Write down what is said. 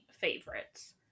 favorites